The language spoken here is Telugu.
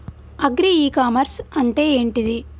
అగ్రి ఇ కామర్స్ అంటే ఏంటిది?